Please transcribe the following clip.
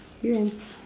you have